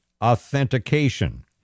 authentication